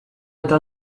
eta